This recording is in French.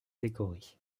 décorée